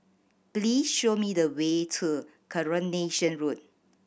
please show me the way to Coronation Road